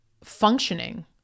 functioning